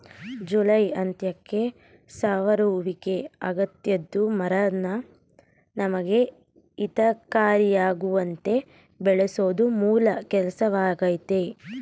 July ಅಂತ್ಯಕ್ಕೆ ಸವರುವಿಕೆ ಅಗತ್ಯದ್ದು ಮರನ ನಮಗೆ ಹಿತಕಾರಿಯಾಗುವಂತೆ ಬೆಳೆಸೋದು ಮೂಲ ಕೆಲ್ಸವಾಗಯ್ತೆ